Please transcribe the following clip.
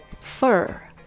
fur